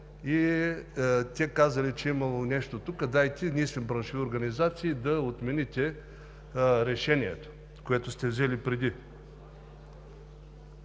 и те казали, че имало нещо: „Дайте, ние сме браншови организации, да отмените решението, което сте взели преди.“.